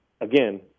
again